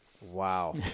Wow